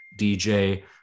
DJ